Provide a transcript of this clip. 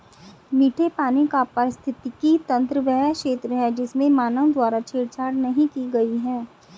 मीठे पानी का पारिस्थितिकी तंत्र वह क्षेत्र है जिसमें मानव द्वारा छेड़छाड़ नहीं की गई है